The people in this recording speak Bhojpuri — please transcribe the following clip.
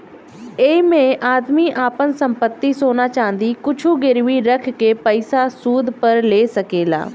ऐइमे आदमी आपन संपत्ति, सोना चाँदी कुछु गिरवी रख के पइसा सूद पर ले सकेला